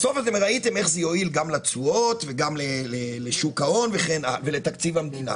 בסוף אתם ראיתם איך זה יועיל גם לתשואות ולשוק ההון ולתקציב המדינה.